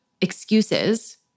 excuses